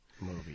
movie